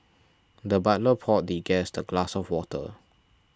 the butler poured the guest a glass of water